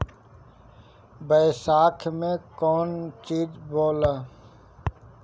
बैसाख मे कौन चीज बोवाला?